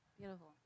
Beautiful